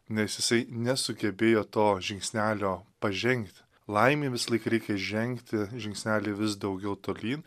nes jisai nesugebėjo to žingsnelio pažengti laimei visąlaiką reikia žengti žingsnelį vis daugiau tolyn